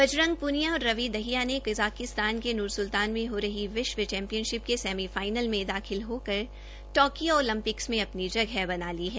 बजरंग पूनिया और रवि दहिया ने कज़ास्तिान के नूर सुल्तान से हो रही विश्व चैम्पियनशिप के सैमी फाईनल में दाखिल होकर टोक्यों ओलंपिक्स में अपनी जगह बना ली है